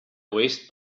waste